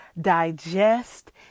digest